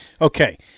Okay